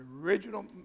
original